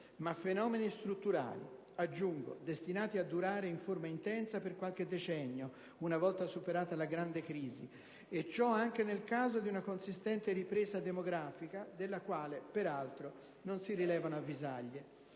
ma fenomeni strutturali; aggiungo: destinati a durare in forma intensa per qualche decennio - una volta superata la grande crisi economica in corso - e ciò anche nel caso di una consistente ripresa demografica, della quale, peraltro, non si rilevano avvisaglie